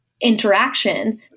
interaction